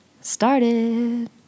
started